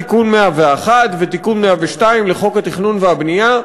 תיקון 101 ותיקון 102 לחוק התכנון והבנייה.